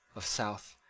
of south,